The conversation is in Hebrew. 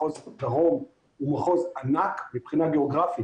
מחוז דרום הוא מחוז ענק מבחינה גיאוגרפית,